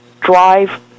drive